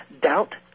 doubt